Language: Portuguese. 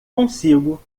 consigo